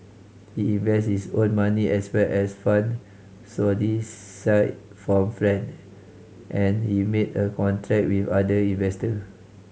he invests his own money as well as fund solicited from friend and he made a contract with other investor